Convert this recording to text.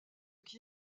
qui